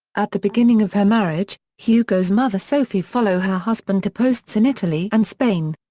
at the beginning of her marriage, hugo's mother sophie followed her husband to posts in italy and spain.